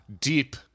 Deep